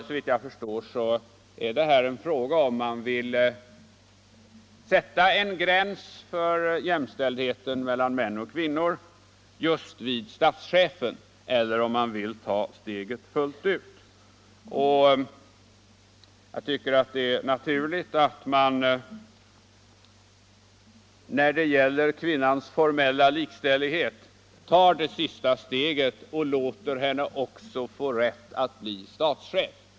Såvitt jag förstår är detta en fråga som gäller om man vill sätta en gräns för jämställdheten mellan män och kvinnor just vid statschefen eller om man vill ta steget fullt ut. Jag tycker att det är naturligt att man när det gäller kvinnans formella likställighet tar det sista steget och låter henne också få rätt att bli statschef.